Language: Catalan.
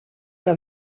que